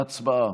הצבעה.